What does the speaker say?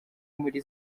muri